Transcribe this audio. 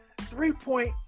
three-point